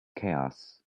chaos